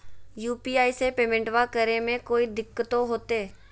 UPI से पेमेंटबा करे मे कोइ दिकतो होते?